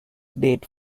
date